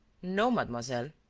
no, mademoiselle,